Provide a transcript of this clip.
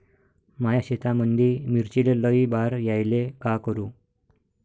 माया शेतामंदी मिर्चीले लई बार यायले का करू?